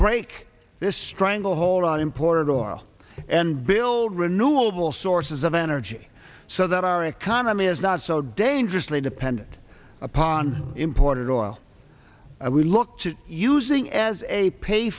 break this stranglehold on imported oil and build renewable sources of energy so that our economy is not so dangerously dependent upon imported oil i would look to using as a pay